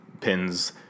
pins